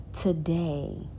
Today